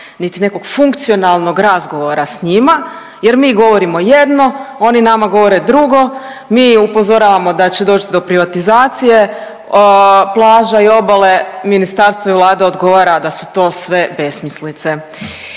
niti nekog funkcionalnog razgovor s njima jer mi govorimo jedno, oni nama govore drugo, mi upozoravamo da će doć do privatizacije plaža i obale, ministarstvo i Vlada odgovara da su to sve besmislice,